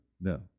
No